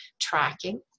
tracking